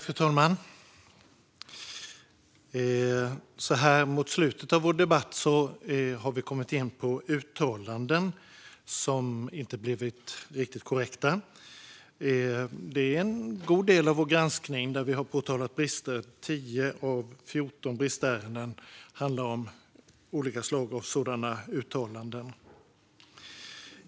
Fru talman! Så här mot slutet av vår debatt har vi kommit in på uttalanden som inte blivit riktigt korrekta. Det är en god del av vår granskning där vi har påtalat brister. 10 av 14 bristärenden handlar om olika slag av sådana uttalanden.